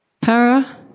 Para